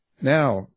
now